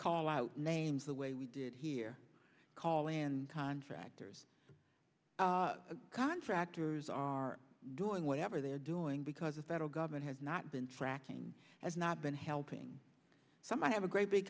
call out names the way we did here call and contractors contractors are doing whatever they're doing because the federal government has not been tracking has not been helping some i have a great big